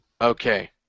Okay